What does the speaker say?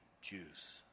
juice